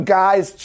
guys